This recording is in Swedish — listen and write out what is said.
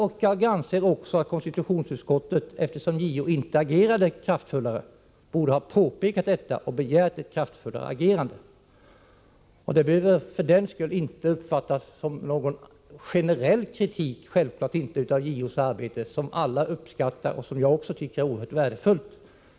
Jag anser också att konstitutionsutskottet, eftersom JO inte agerat kraftfullare, borde ha påpekat detta och begärt att JO skulle agera med större kraft. Det behöver självklart inte för den skull uppfattas som någon generell kritik av JO:s arbete, som alla uppskattar och som jag också tycker är oerhört värdefullt.